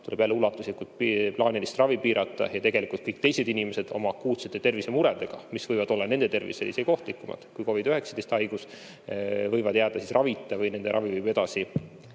tuleb jälle ulatuslikult plaanilist ravi piirata ja kõik teised inimesed oma akuutsete tervisemuredega, mis võivad olla nende tervisele isegi ohtlikumad kui COVID‑19 haigus, võivad jääda ravita või nende ravi võib edasi